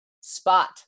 spot